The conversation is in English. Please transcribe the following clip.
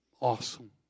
awesome